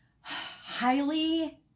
highly